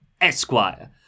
esquire